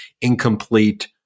incomplete